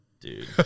Dude